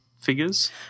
figures